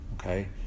okay